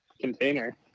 container